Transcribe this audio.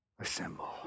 assemble